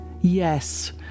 Yes